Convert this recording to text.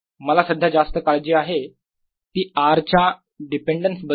मला सध्या जास्त काळजी आहे ती r च्या डिपेंडस बद्दल